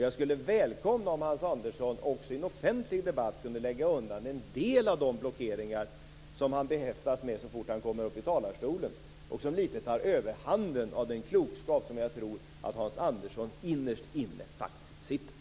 Jag skulle välkomna om Hans Andersson också i en offentlig debatt kunde lägga undan en del av de blockeringar som han behäftas med så fort han kommer upp i talarstolen och som litet tar överhanden över den klokskap som jag tror att Hans Andersson innerst inne faktiskt besitter.